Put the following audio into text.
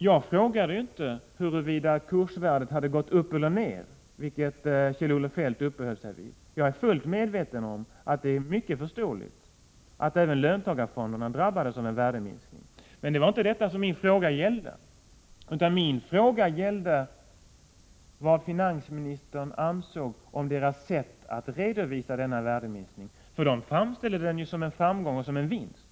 Jag frågade inte huruvida kursvärdet hade gått upp eller ned, vilket Kjell-Olof Feldt uppehöll sig vid. Jag är fullt medveten om det mycket förståeliga i att även löntagarfonderna drabbades av en värdeminskning. Men det var inte detta min fråga gällde, utan min fråga gällde vad finansministern ansåg om deras sätt att redovisa denna värdeminskning, för de framställde den ju som en framgång och en vinst.